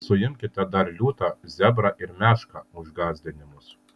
suimkite dar liūtą zebrą ir mešką už gąsdinimus